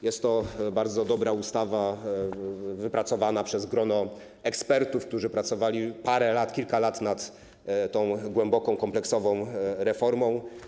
Jest to bardzo dobra ustawa wypracowana przez grono ekspertów, którzy pracowali parę lat, kilka lat nad tą głęboką, kompleksową reformą.